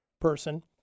person